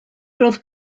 roedd